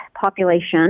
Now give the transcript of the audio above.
population